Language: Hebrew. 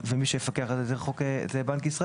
ומי שיפקח על זה הוא בנק ישראל